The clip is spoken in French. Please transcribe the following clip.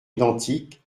identiques